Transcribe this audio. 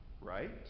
Right